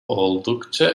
oldukça